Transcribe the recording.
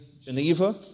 Geneva